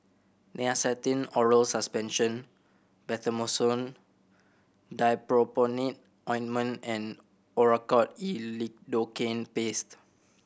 Nystatin Oral Suspension Betamethasone Dipropionate Ointment and Oracort E Lidocaine Paste